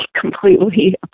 completely